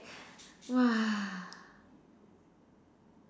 !wah!